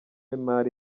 imari